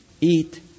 eat